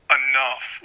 enough